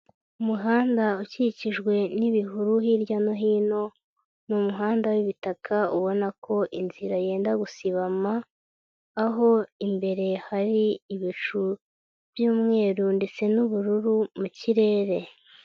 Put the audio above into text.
Umuhanda ukikijwe n'ibihuru hirya no hino ni umuhanda w'ibitaka ubona ko inzira yenda gusibama aho imbere hari ibicu by'umweru ndetse n'ubururu mu kirere.